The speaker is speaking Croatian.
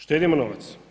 Štedimo novac.